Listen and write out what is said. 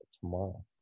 tomorrow